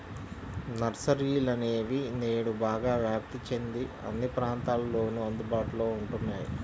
నర్సరీలనేవి నేడు బాగా వ్యాప్తి చెంది అన్ని ప్రాంతాలలోను అందుబాటులో ఉంటున్నాయి